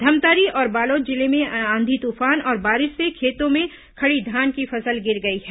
धमतरी और बालोद जिले में आंधी तूफान और बारिश से खेतों में खड़ी धान की फसल गिर गई है